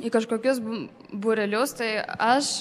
į kažkokius būrelius tai aš